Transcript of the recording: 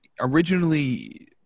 Originally